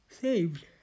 saved